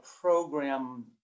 program